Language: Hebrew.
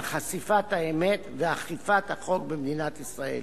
חשיפת האמת ואכיפת החוק במדינת ישראל.